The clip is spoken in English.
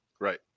Right